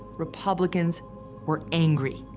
republicans were angry.